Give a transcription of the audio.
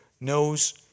knows